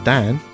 Dan